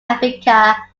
africa